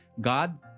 God